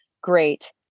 great